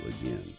again